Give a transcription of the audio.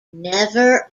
never